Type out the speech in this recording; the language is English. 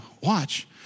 Watch